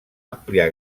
àmplia